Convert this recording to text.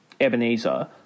Ebenezer